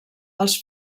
els